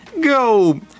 Go